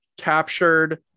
captured